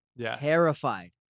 Terrified